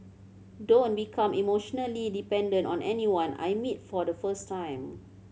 don't become emotionally dependent on anyone I meet for the first time